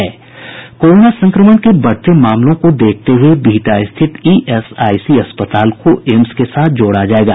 corona संक्रमण के बढ़ते मामलों को देखते हुये बिहटा स्थित ईएसआईसी अस्पताल को एम्स के साथ जोड़ा जायेगा